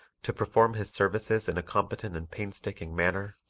to perform his services in a competent and painstaking manner,